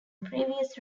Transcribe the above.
previous